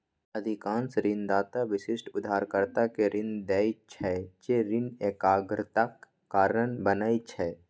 अधिकांश ऋणदाता विशिष्ट उधारकर्ता कें ऋण दै छै, जे ऋण एकाग्रताक कारण बनै छै